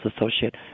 associate